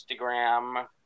Instagram